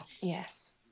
Yes